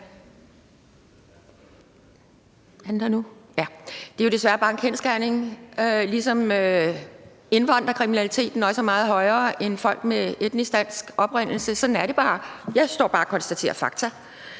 Det er jo desværre bare en kendsgerning, ligesom indvandrerkriminaliteten også er meget højere end kriminaliteten blandt folk med etnisk dansk oprindelse. Sådan er det bare. Jeg står bare og konstaterer fakta,